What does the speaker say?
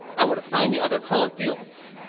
i would define the other column fields.